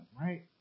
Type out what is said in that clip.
right